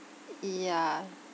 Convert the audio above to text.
ya